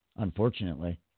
Unfortunately